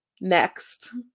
Next